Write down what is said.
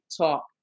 talk